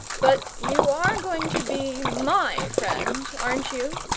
but you are going to be my friend, aren't you?